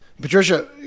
Patricia